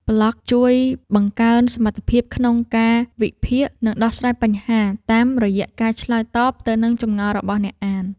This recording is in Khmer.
ប្លក់ជួយបង្កើនសមត្ថភាពក្នុងការវិភាគ និងដោះស្រាយបញ្ហា តាមរយៈការឆ្លើយតបទៅនឹងចម្ងល់របស់អ្នកអាន។